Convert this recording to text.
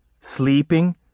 Sleeping